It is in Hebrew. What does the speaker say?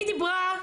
סליחה, היא דיברה,